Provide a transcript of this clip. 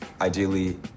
Ideally